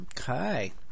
Okay